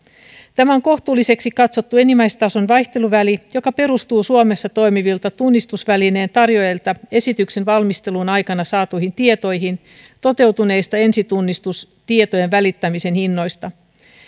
on kohtuulliseksi katsottu enimmäistason vaihteluväli joka perustuu suomessa toimivilta tunnistusvälineen tarjoajilta esityksen valmistelun aikana saatuihin tietoihin toteutuneista ensitunnistustietojen välittämisen hinnoista